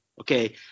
Okay